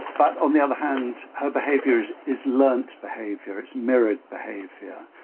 but on the other hand, her behaviors is learnt behavior. it's mirit behaviour.